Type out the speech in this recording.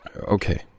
okay